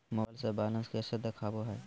Mobile से balance कैसे देखाबो है?